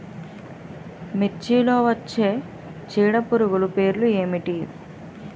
మిర్చిలో వచ్చే చీడపురుగులు పేర్లు ఏమిటి?